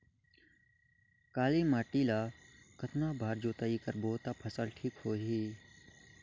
काली माटी ला कतना बार जुताई करबो ता फसल ठीक होती?